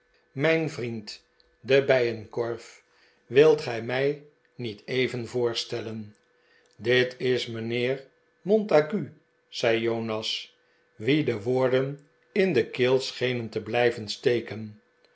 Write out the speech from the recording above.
mijn vriend de bijenkorf wilt gij mij niet even voorstellen dit is mijnheer montague zei jonas wien de woorden in de keel schenen te blijven steken